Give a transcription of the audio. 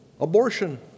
abortion